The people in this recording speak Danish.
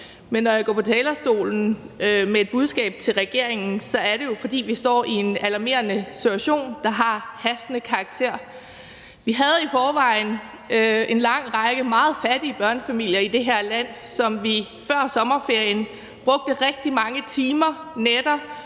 Men når jeg går på talerstolen med et budskab til regeringen, er det jo, fordi vi står i en alarmerende situation, der har hastende karakter. Vi havde i forvejen en lang række meget fattige børnefamilier i det her land, som vi før sommerferien brugte rigtig mange timer inklusive